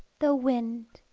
the wind